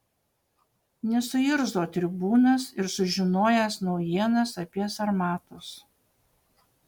nesuirzo tribūnas ir sužinojęs naujienas apie sarmatus